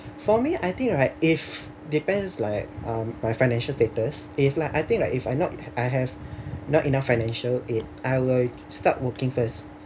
for me I think right if depends like um my financial status if like I think like if I'm not I have not enough financial aid I'll start working first